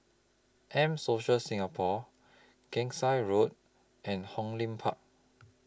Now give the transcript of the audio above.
M Social Singapore Gangsa Road and Hong Lim Park